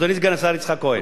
אדוני סגן השר יצחק כהן,